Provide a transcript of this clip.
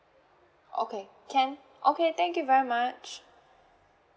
okay can okay thank you very much